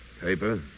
Paper